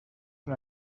una